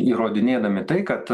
įrodinėdami tai kad